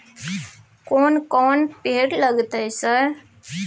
कोन कौन पेपर लगतै सर?